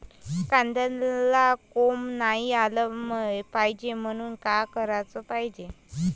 कांद्याला कोंब नाई आलं पायजे म्हनून का कराच पायजे?